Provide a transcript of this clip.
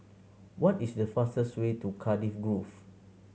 what is the fastest way to Cardiff Grove